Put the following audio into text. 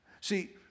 See